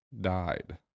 died